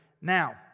Now